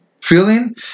feeling